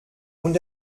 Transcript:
und